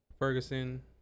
Ferguson